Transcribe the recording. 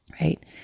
right